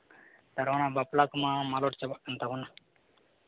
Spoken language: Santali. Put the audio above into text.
ᱱᱮᱛᱟᱨ ᱚᱱᱟ ᱵᱟᱯᱞᱟ ᱠᱚᱢᱟ ᱢᱟᱞᱚᱴ ᱪᱟᱵᱟᱜ ᱠᱟᱱ ᱛᱟᱵᱳᱱᱟ